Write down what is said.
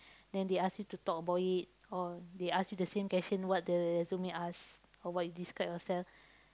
then they ask you to talk about it or they ask you the same question what the resume ask or what you describe yourself